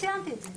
וציינתי את זה.